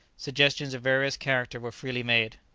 suggestions of various character were freely made.